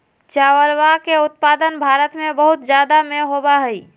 चावलवा के उत्पादन भारत में बहुत जादा में होबा हई